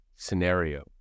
scenario